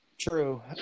True